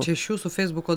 čia iš jūsų feisbuko